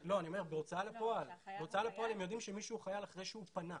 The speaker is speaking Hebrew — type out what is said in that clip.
בהוצאה לפועל הם יודעים שמישהו הוא חייל אחרי שהוא פנה.